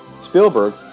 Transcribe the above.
Spielberg